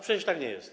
Przecież tak nie jest.